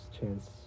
Chance